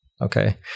okay